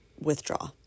withdraw